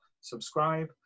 subscribe